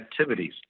activities